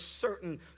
certain